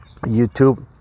YouTube